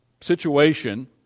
situation